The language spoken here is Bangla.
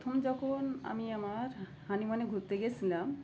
প্রথম যখন আমি আমার হানিমুনে ঘুরতে গিয়েছিলাম